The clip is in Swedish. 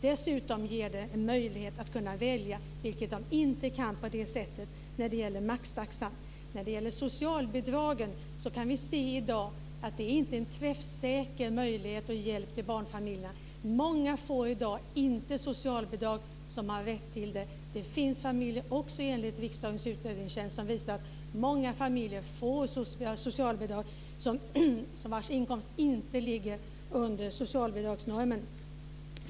Dessutom ger den en möjlighet att välja, vilket de inte kan på det sättet när det gäller maxtaxan. I dag kan vi se att socialbidragen inte är en träffsäker hjälp till barnfamiljerna. I dag får många som har rätt till det inte socialbidrag. Enligt riksdagens utredningstjänst finns det också många familjer som får socialbidrag vars inkomst inte ligger under socialbidragsnormen.